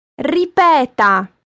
Ripeta